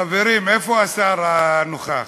חברים, איפה השר הנוכח?